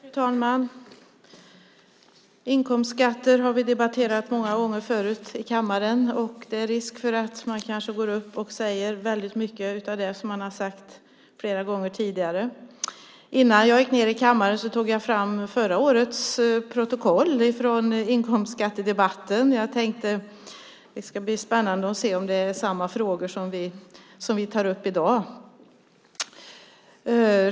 Fru talman! Inkomstskatter har vi debatterat många gånger förut i kammaren. Det är risk att man säger väldigt mycket av det som har sagts flera gånger tidigare. Innan jag gick i kammaren tog jag fram förra årets protokoll från inkomstskattedebatten. Jag tänkte att det ska bli spännande att se om det är samma frågor som vi tar upp i dag.